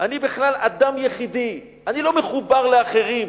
אני בכלל אדם יחידי, אני לא מחובר לאחרים.